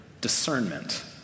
discernment